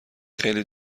خیلی